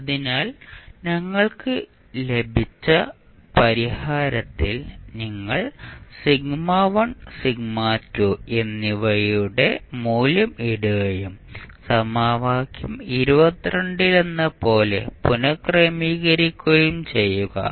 അതിനാൽ ഞങ്ങൾക്ക് ലഭിച്ച പരിഹാരത്തിൽ നിങ്ങൾ എന്നിവയുടെ മൂല്യം ഇടുകയും സമവാക്യം ലെന്നപോലെ പുനക്രമീകരിക്കുകയും ചെയ്യുക